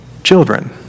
Children